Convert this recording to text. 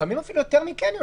לפעמים אפילו יותר מקניון,